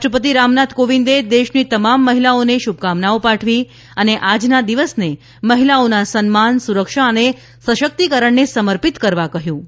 રાષ્ટ્રપતિ રામનાથ કોવિંદે દેશની તમામ મહિલા નો શુભકામનાઓ પાઠવી છે અને આજના દિવસને મહિલાઓના સન્માન સુરક્ષા અને સશક્તિકરણને સમર્પિત કરવા કહ્યું છે